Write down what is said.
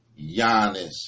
Giannis